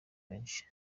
benshi